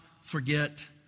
forget